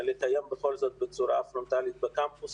בכל זאת לקיים בצורה פרונטלית בקמפוס,